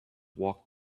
walk